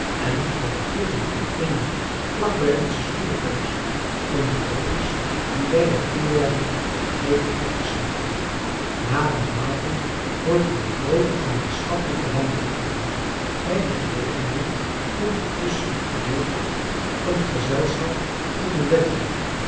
en dat er kippen en eenden vlak bij onze stoelen komen staan om de brokjes die wij haar toewerpen gretig te verslinden na den maaltijd wordt er een groote gemeenschappelijke wandeling ondernomen bij die gelegenheid komt het tusschen een gedeelte van het gezelschap tot een wedren